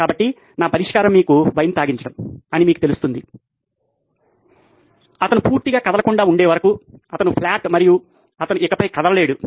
కాబట్టి నా పరిష్కారం మీకు వైన్ తాగించడం అని మీకు తెలుస్తుంది అతను పూర్తిగా కదలకుండా ఉండే వరకు అతను పడి వున్నాడు మరియు అతను ఇకపై కదలలేడు